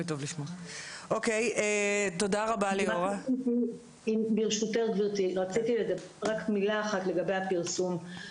רק מילה אחת לגבי הפרסום.